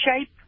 shape